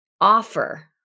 offer